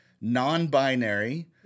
non-binary